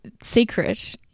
Secret